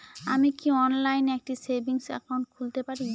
আমি কি অনলাইন একটি সেভিংস একাউন্ট খুলতে পারি?